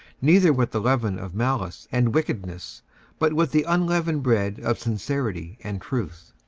neither with the leaven of malice and wickedness but with the unleavened bread of sincerity and truth.